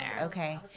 okay